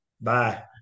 Bye